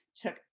took